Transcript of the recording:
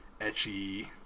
etchy